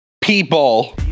people